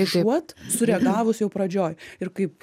užuot sureagavus jau pradžioj ir kaip